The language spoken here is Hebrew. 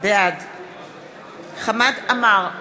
בעד חמד עמאר,